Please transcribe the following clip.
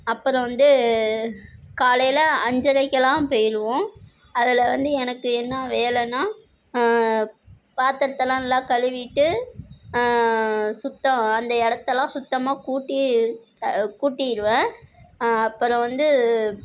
அப்புறம் வந்து காலையில் அஞ்சரைக்கெலாம் போயிடுவோம் அதில் வந்து எனக்கு என்ன வேலைன்னா பாத்திரத்தலாம் நல்லா கழுவிட்டு சுத்தம் அந்த இடத்தலாம் சுத்தமாக கூட்டி கூட்டிடுவேன் அப்புறம் வந்து